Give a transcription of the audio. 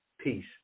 peace